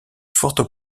forte